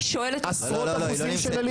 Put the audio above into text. מדובר על עשרות אחוזים של עלייה.